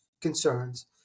concerns